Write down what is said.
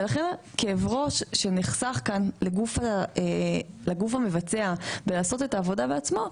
ולכן כאב הראש שנחסך כאן לגוף המבצע בלעשות את העבודה בעצמו,